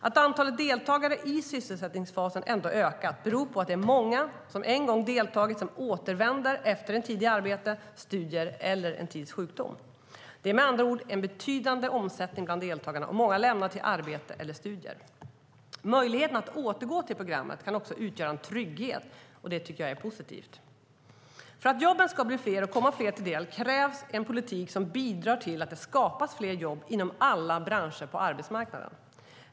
Att antalet deltagare i sysselsättningsfasen ändå ökat beror på att det är många som en gång deltagit som återvänder efter en tid i arbete, studier eller sjukdom. Det är med andra ord en betydande omsättning bland deltagarna, och många lämnar sysselsättningsfasen för arbete eller studier. Möjligheten att återgå till programmet kan också utgöra en trygghet, och det tycker jag är positivt. För att jobben ska bli fler och komma fler till del krävs en politik som bidrar till att det skapas fler jobb inom alla branscher på arbetsmarknaden.